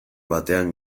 batean